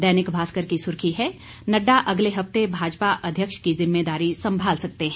दैनिक भास्कर की सुर्खी है नड्डा अगले हफ्ते भाजपा अध्यक्ष की जिम्मेदारी संभाल सकते हैं